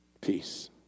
peace